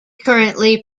currently